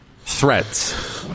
Threats